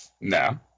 No